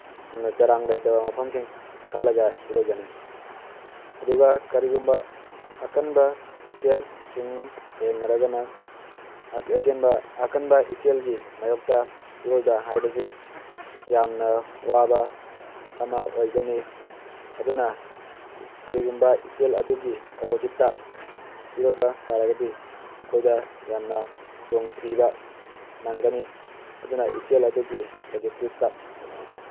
ꯆꯔꯥꯡ ꯂꯩꯇꯕ ꯃꯐꯝꯁꯤꯡ ꯈꯜꯂꯒ ꯏꯔꯣꯏꯒꯅꯤ ꯑꯗꯨꯒ ꯀꯔꯤꯒꯨꯝꯕ ꯑꯀꯟꯕ ꯏꯆꯦꯜꯁꯤꯡ ꯊꯦꯡꯅꯔꯒꯅ ꯑꯀꯟꯕ ꯏꯆꯦꯜꯒꯤ ꯃꯥꯏꯌꯣꯛꯇ ꯏꯔꯣꯏꯕ ꯍꯥꯏꯕꯁꯤ ꯌꯥꯝꯅ ꯋꯥꯕ ꯑꯃ ꯑꯣꯏꯒꯅꯤ ꯑꯗꯨꯅ ꯀꯔꯤꯒꯨꯝꯕ ꯏꯆꯦꯜ ꯑꯗꯨꯒꯤ ꯑꯣꯄꯣꯁꯤꯠꯇ ꯏꯔꯣꯏꯕ ꯇꯥꯔꯒꯗꯤ ꯑꯩꯈꯣꯏꯗ ꯌꯥꯝꯅ ꯈꯨꯗꯣꯡꯊꯤꯕ ꯅꯪꯒꯅꯤ ꯑꯗꯨꯅ ꯏꯆꯦꯜ ꯑꯗꯨꯒꯤ ꯄꯣꯖꯤꯇꯤꯞꯇ